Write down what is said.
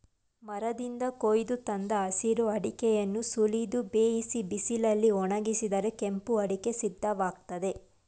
ಮರದಿಂದ ಕೊಯ್ದು ತಂದ ಹಸಿರು ಅಡಿಕೆಯನ್ನು ಸುಲಿದು ಬೇಯಿಸಿ ಬಿಸಿಲಲ್ಲಿ ಒಣಗಿಸಿದರೆ ಕೆಂಪು ಅಡಿಕೆ ಸಿದ್ಧವಾಗ್ತದೆ